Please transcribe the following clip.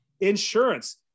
insurance